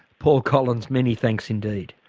paul collins, many thanks indeed.